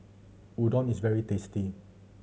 udon is very tasty